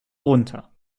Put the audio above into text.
runter